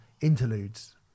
interludes